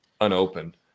unopened